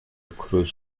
cruise